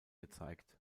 gezeigt